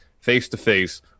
face-to-face